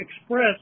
express